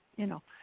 you know,